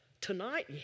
Tonight